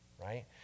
right